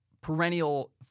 perennial